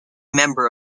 member